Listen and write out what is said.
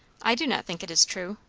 i do not think it is true.